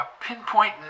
pinpoint